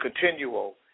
continual